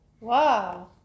Wow